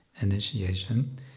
initiation